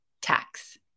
tax